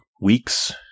weeks